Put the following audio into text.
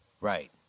right